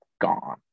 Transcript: gone